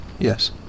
Yes